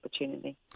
opportunity